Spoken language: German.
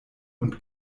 und